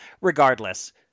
Regardless